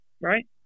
right